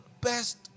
best